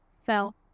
fell